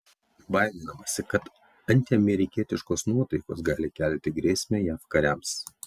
baiminamasi kad antiamerikietiškos nuotaikos gali kelti grėsmę jav kariams